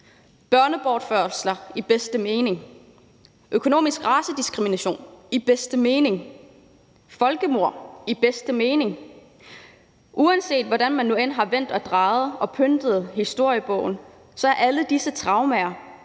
børnebortførelser i bedste mening, økonomisk racediskrimination i bedste mening, folkemord i bedste mening. Uanset hvordan man nu end har vendt og drejet og pyntet historiebogen, er alle de traumer,